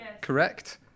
correct